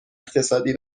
اقتصادی